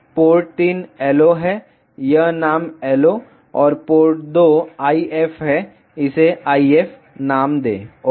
port 3 LO है यह नाम LO और पोर्ट 2 IF है इसे IF नाम दें ओके